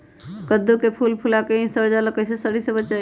कददु के फूल फुला के ही सर जाला कइसे सरी से बचाई?